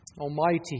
Almighty